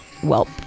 Welp